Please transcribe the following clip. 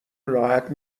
راحت